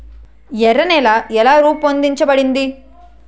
ఎర్ర నేల ఎలా రూపొందించబడింది?